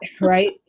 Right